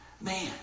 Man